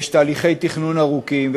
יש תהליכי תכנון ארוכים,